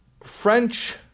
French